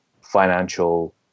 financial